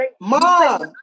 mom